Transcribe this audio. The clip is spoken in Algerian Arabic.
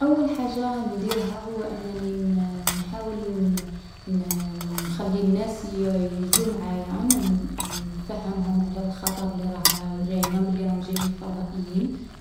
﻿أوّل حاجة نديرها هو أنني ن-نحاول ن-نخلي الناس ي-يجو معايا، ن-نفهمهم على الخطر اللي راه جاينا و بلي راهم جايينا الفضائيين.